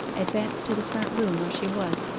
advanced to the front room where she was,